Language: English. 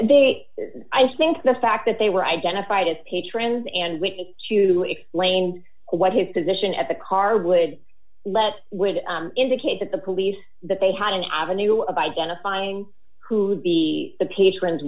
they i think the fact that they were identified as patrons and witnesses to explain what his position at the car would let would indicate that the police that they had an avenue of identifying who the patrons